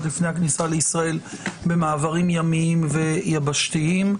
לפני הכניסה לישראל במעברים ימיים ויבשתיים.